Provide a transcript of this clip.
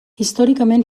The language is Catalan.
històricament